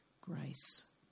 grace